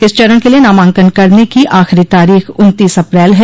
इस चरण के लिये नामांकन करने की आखिरी तारीख उन्तीस अप्रैल है